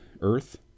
earth